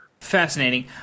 Fascinating